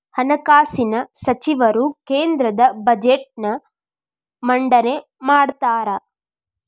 ಹಣಕಾಸಿನ ಸಚಿವರು ಕೇಂದ್ರದ ಬಜೆಟ್ನ್ ಮಂಡನೆ ಮಾಡ್ತಾರಾ